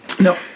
No